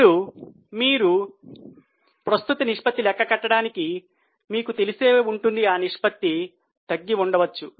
ఇప్పుడు మీరు ప్రస్తుత నిష్పత్తి లెక్క కట్టడానికి మీకు తెలిసే ఉంటుంది ఆ నిష్పత్తి తగ్గి ఉండవచ్చు